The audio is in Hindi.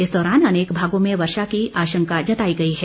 इस दौरान अनेक भागों में वर्षा की आशंका जताई गई है